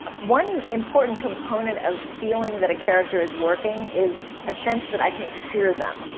one important component of feeling that a character is working is a sense that i can hear them.